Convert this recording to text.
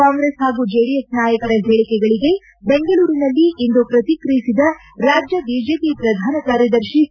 ಕಾಂಗ್ರೆಸ್ ಹಾಗೂ ಜೆಡಿಎಸ್ ನಾಯಕರ ಹೇಳಿಕೆಗಳಿಗೆ ಬೆಂಗಳೂರಿನಲ್ಲಿಂದು ಪ್ರತಿಕ್ರಿಯಿಸಿದ ರಾಜ್ಯ ಬಿಜೆಪಿ ಪ್ರಧಾನ ಕಾರ್ಯದರ್ಶಿ ಸಿ